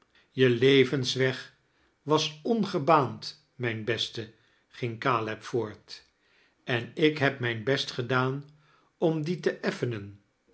je levensweg was ongebaand mijn beste ging caleb voort en ik heb mijn best gedaan om diem te effenein